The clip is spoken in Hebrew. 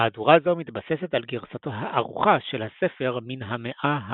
מהדורה זו מתבססת על גרסתו הערוכה של הספר מן המאה העשירית.